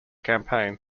campaign